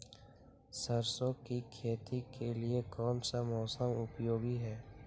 सरसो की खेती के लिए कौन सा मौसम उपयोगी है?